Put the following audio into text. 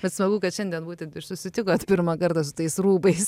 bet smagu kad šiandien būtent ir susitikot pirmą kartą su tais rūbais